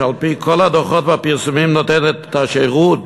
שעל-פי כל הדוחות והפרסומים נותנת את השירות